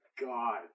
God